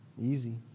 Easy